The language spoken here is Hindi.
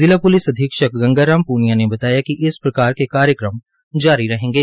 जिला पुलिस अधीक्षक गंगा राम पूनिया ने बताया कि इस प्रकार के कार्यक्रम जारी रहेंगे